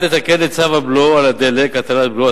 לתקן את צו הבלו על דלק (הטלת בלו),